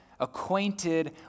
acquainted